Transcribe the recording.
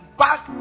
back